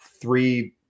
three